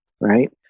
right